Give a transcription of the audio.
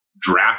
draft